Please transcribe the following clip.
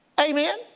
Amen